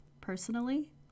personally